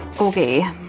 Okay